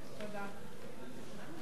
תודה.